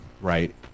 right